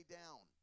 down